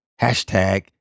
Hashtag